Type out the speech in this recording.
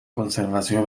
conservació